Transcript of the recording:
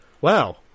wow